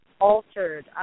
Altered